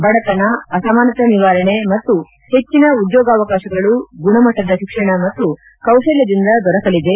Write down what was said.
ಬಡತನ ಅಸಮಾನತೆ ನಿವಾರಣೆ ಮತ್ತು ಹೆಚ್ಚಿನ ಉದ್ಯೋಗ ಅವಕಾಶಗಳು ಗುಣಮಟ್ಟದ ತಿಕ್ಷಣ ಮತ್ತು ಕೌಶಲ್ಯದಿಂದ ದೊರಕಲಿದೆ